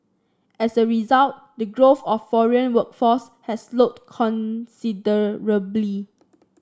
as a result the growth of foreign workforce has slowed considerably